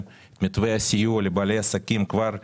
את מתווה הסיוע לבעלי עסקים כבר בשבוע,